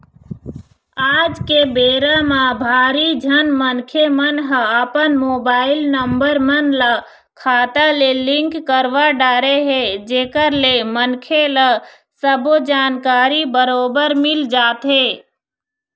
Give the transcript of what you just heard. आज के बेरा म भारी झन मनखे मन ह अपन मोबाईल नंबर मन ल खाता ले लिंक करवा डरे हे जेकर ले मनखे ल सबो जानकारी बरोबर मिल जाथे